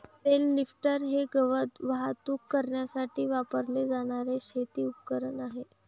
bell lifter हे गवत वाहतूक करण्यासाठी वापरले जाणारे शेती उपकरण आहे